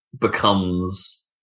becomes